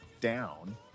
down